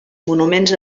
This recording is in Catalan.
monuments